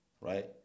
right